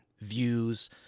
views